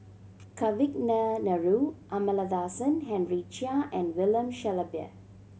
Kavignareru Amallathasan Henry Chia and William Shellabear